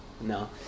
No